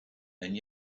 and